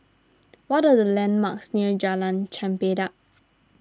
what are the landmarks near Jalan Chempedak